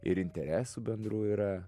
ir interesų bendrų yra